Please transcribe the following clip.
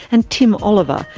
and tim oliver,